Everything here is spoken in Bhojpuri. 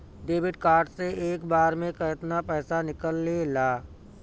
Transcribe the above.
डेबिट कार्ड से एक बार मे केतना पैसा निकले ला?